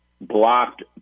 blocked